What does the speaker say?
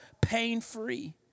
pain-free